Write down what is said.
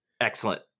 Excellent